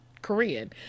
Korean